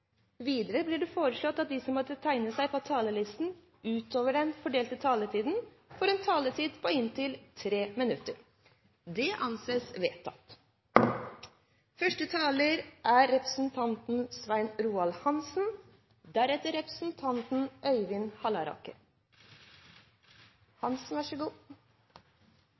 Videre blir det foreslått at de som måtte tegne seg på talerlisten utover den fordelte taletid, får en taletid på inntil 3 minutter.